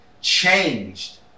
changed